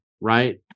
right